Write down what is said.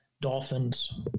Dolphins